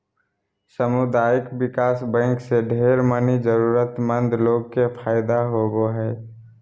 सामुदायिक विकास बैंक से ढेर मनी जरूरतमन्द लोग के फायदा होवो हय